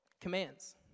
commands